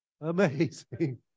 Amazing